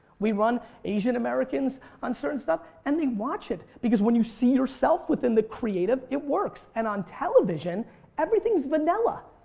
we run asian-americans on certain stuff and they watch it because when you see yourself within the creative it works. and on television everything's vanilla.